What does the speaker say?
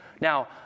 Now